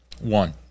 One